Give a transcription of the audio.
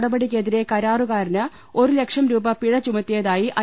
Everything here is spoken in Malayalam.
നടപടിക്കെതിരെ കരാറുകാരന് ഒരുലക്ഷം രൂപ പിഴ ചുമത്തിയതായി ഐ